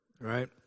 right